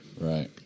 Right